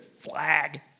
Flag